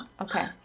Okay